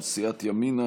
של סיעת ימינה,